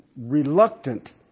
reluctant